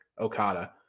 Okada